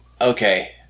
Okay